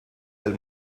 del